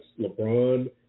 LeBron